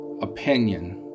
opinion